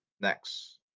next